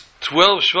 twelve